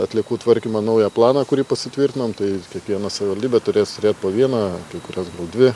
atliekų tvarkymą naują planą kurį pasitvirtinom tai kiekviena savivaldybė turės po vieną kai kurios dvi